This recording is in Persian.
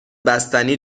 بستنی